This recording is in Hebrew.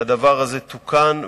והדבר הזה תוקן,